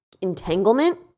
entanglement